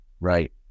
Right